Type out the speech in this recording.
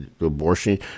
abortion